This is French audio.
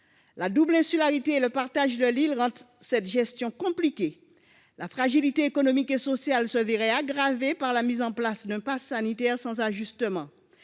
La double insularité et le partage de l'île rendent cette gestion compliquée. La fragilité économique et sociale se verrait aggravée par la mise en place d'un passe sanitaire sans ajustement.